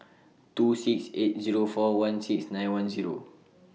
two six eight Zero four one six nine one Zero